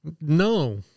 No